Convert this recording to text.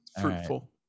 Fruitful